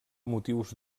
motius